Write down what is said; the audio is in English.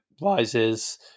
Rises